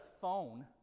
phone